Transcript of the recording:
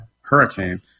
hurricane